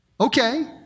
Okay